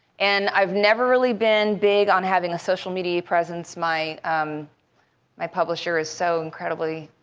and i've never really been big on having a social media presence. my um my publisher is so incredibly